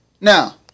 Now